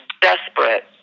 desperate